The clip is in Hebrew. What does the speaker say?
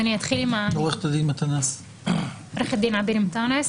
אני עו"ד עביר מטאנס,